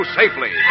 safely